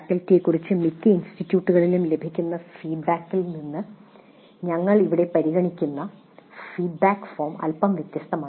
ഫാക്കൽറ്റിയെക്കുറിച്ച് മിക്ക ഇൻസ്റ്റിറ്റ്യൂട്ടുകൾക്കും ലഭിക്കുന്ന ഫീഡ്ബാക്കിൽ നിന്ന് ഞങ്ങൾ ഇവിടെ പരിഗണിക്കുന്ന ഫീഡ്ബാക്ക് ഫോം അല്പം വ്യത്യസ്തമാണ്